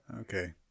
Okay